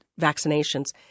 vaccinations